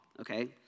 okay